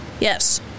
Yes